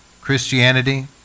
Christianity